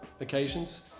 occasions